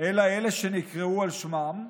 אלא אלה שנקראו על שמם,